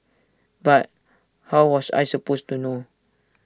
but how was I supposed to know